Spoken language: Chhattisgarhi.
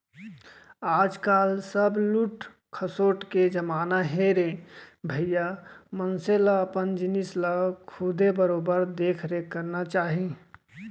आज काल सब लूट खसोट के जमाना हे रे भइया मनसे ल अपन जिनिस ल खुदे बरोबर देख रेख करना चाही